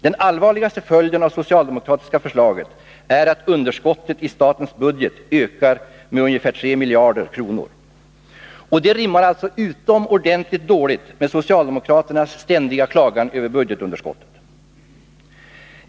Den allvarligaste följden av det socialdemokratiska förslaget är att underskottet i statens budget ökar med 3 miljarder kronor. Det rimmar alltså utomordentligt dåligt med socialdemokraternas ständiga klagan över budgetunderskottet.